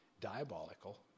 diabolical